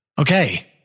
Okay